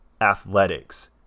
athletics